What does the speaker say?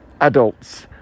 adults